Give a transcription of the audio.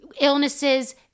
illnesses